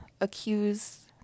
accuse